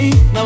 Now